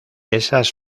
esas